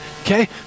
Okay